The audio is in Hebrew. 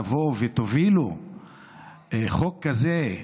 תבואו ותובילו חוק כזה,